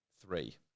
three